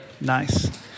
Nice